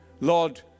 Lord